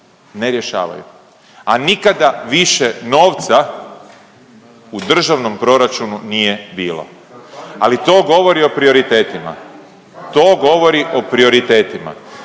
ne rješavaju, a nikada više novca u Državnom proračunu nije bilo, ali to govori o prioritetima, to govori o prioritetima.